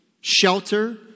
shelter